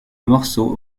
morceaux